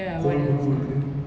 cold brew இருக்கு:irukku